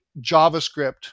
JavaScript